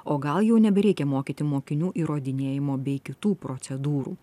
o gal jau nebereikia mokyti mokinių įrodinėjimo bei kitų procedūrų